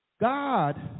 God